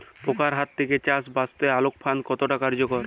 পোকার হাত থেকে চাষ বাচাতে আলোক ফাঁদ কতটা কার্যকর?